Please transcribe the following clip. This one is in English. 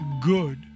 good